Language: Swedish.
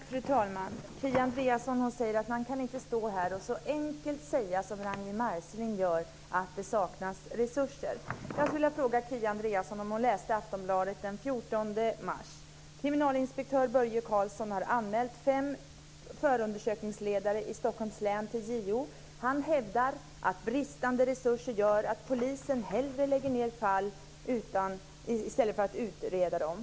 Fru talman! Kia Andreasson säger att man inte kan stå här och säga så enkelt, som Ragnwi Marcelind gör, att det saknas resurser. Börje Karlsson har anmält fem förundersökningsledare i Stockholms län till JO. Han hävdar att bristande resurser gör att polisen hellre lägger ned fall än utreder dem.